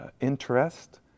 interest